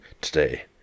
today